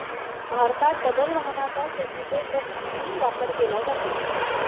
भारतात डबल वाहनाचा शेतीचे ट्रक म्हणूनही वापर केला जातो